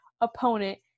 opponent